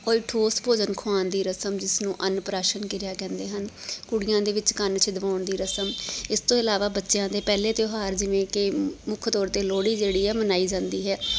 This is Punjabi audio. ਕੋਈ ਠੋਸ ਭੋਜਨ ਖੁਆਉਣ ਦੀ ਰਸਮ ਜਿਸ ਨੂੰ ਅਨਭਰਾਸ਼ਨ ਕਿਰਿਆ ਕਹਿੰਦੇ ਹਨ ਕੁੜੀਆਂ ਦੇ ਵਿੱਚ ਕੰਨ ਛਿਦਵਾਉਣ ਦੀ ਰਸਮ ਇਸ ਤੋਂ ਇਲਾਵਾ ਬੱਚਿਆਂ ਦੇ ਪਹਿਲੇ ਤਿਉਹਾਰ ਜਿਵੇਂ ਕਿ ਮੁੱਖ ਤੌਰ 'ਤੇ ਲੋਹੜੀ ਜਿਹੜੀ ਹੈ ਮਨਾਈ ਜਾਂਦੀ ਹੈ